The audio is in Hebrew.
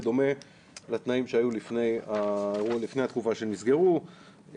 דומה לתנאים שהיו לפני התקופה שהם נסגרו,